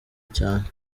cyane